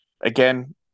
Again